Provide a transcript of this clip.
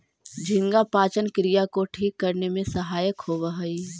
झींगा पाचन क्रिया को ठीक करने में सहायक होवअ हई